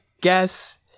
guess